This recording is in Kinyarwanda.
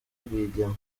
rwigema